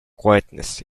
quietness